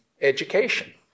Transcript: education